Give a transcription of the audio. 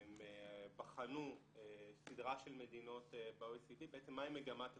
הם בחנו בסדרה של מדינות בעצם מהי מגמת השיפור.